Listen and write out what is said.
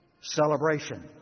celebration